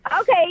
Okay